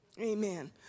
Amen